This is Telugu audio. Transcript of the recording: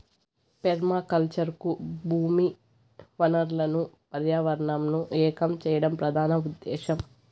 పెర్మాకల్చర్ కు భూమి వనరులను పర్యావరణంను ఏకం చేయడం ప్రధాన ఉదేశ్యం